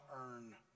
earn